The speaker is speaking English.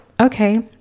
Okay